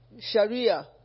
Sharia